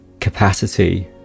capacity